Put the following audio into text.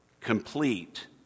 complete